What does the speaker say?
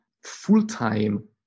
full-time